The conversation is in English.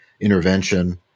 intervention